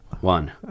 one